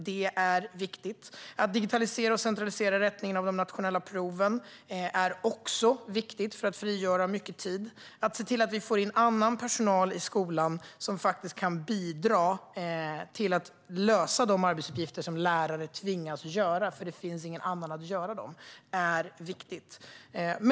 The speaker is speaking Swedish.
Det är viktigt. Att digitalisera och centralisera rättningen av de nationella proven är också viktigt för att frigöra mycket tid. Att se till att vi får in annan personal i skolan som faktiskt kan bidra till att lösa de arbetsuppgifter som lärare tvingas att utföra, eftersom det inte finns någon annan som kan utföra dem, är viktigt.